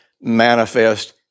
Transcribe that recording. manifest